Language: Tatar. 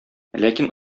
ләкин